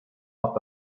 hat